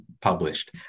published